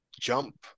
jump